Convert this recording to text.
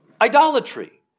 idolatry